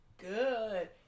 good